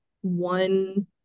one